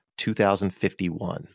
2051